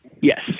Yes